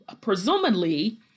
presumably